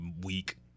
week